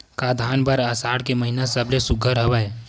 का धान बर आषाढ़ के महिना सबले सुघ्घर हवय?